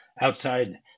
Outside